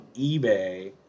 eBay